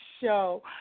show